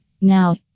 Now